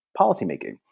policymaking